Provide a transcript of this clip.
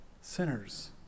sinners